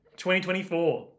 2024